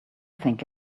think